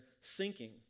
sinking